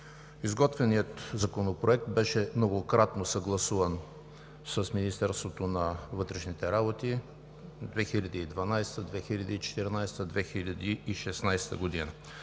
Изготвеният законопроект беше многократно съгласуван с Министерството на вътрешните работи – 2012 г., 2014 г.,